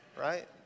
Right